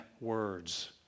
words